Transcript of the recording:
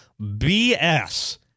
BS